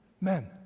men